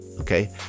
okay